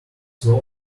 swam